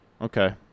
Okay